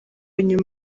nyuma